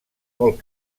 molt